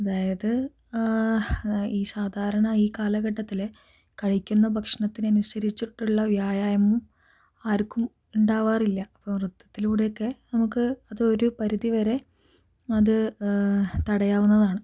അതായത് ഈ സാധാരണ ഈ കാലഘട്ടത്തിലെ കഴിക്കുന്ന ഭക്ഷണത്തിനനുസരിച്ചിട്ടുള്ള വ്യായാമം ആർക്കും ഉണ്ടാവാറില്ല നൃത്തത്തിലൂടെയൊക്കെ നമുക്ക് അതൊരു പരിധി വരെ അത് തടയാവുന്നതാണ്